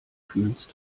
fühlst